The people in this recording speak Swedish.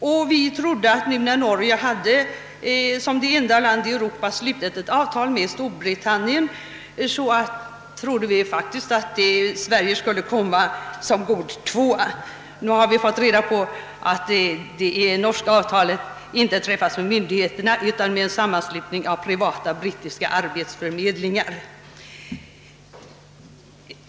När Norge som det enda landet i Europa hade på det här området slutit avtal med Storbritannien hade det väl varit helt följdriktigt att Sverige kommit som god tvåa. Så trodde vi, men nu har vi fått veta att det norska avtalet inte har träffats av myndigheterna utan med en sammanslutning av privata brittiska arbetsförmedlingar.